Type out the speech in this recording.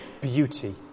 beauty